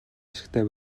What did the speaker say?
ашигтай